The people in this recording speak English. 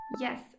Yes